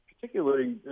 particularly